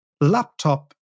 laptop